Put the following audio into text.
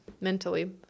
mentally